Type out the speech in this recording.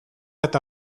eta